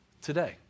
today